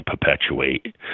perpetuate